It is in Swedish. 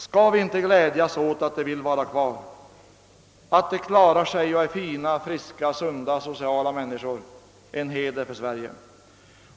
Skall vi inte glädjas åt att de vill vara kvar, att de klarar sig och är fina, friska, sunda, sociala människor, en heder för Sverige?